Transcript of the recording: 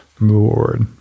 Lord